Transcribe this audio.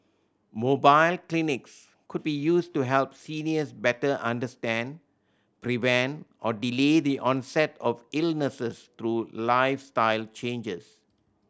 mobile clinics could be used to help seniors better understand prevent or delay the onset of illnesses through lifestyle changes